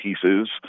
pieces